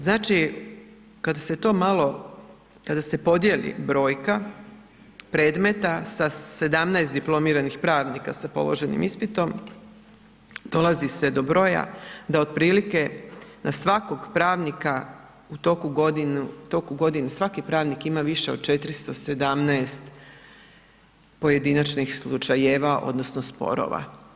Znači kada se to malo, kada se podijeli brojka predmeta sa 17 diplomiranih pravnika sa položenim ispitom dolazi se do broja da otprilike na svakog pravnika u toku godine, svaki pravnik ima više od 417 pojedinačnih slučajeva odnosno sporova.